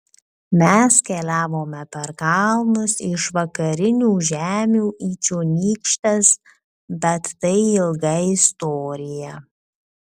mes keliavome per kalnus iš vakarinių žemių į čionykštes bet tai ilga istorija